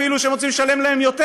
אפילו שהם רוצים לשלם להם יותר,